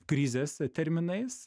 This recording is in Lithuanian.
krizės terminais